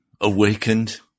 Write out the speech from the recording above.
awakened